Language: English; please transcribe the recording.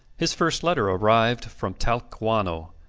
his first letter arrived from talcahuano.